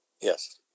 Yes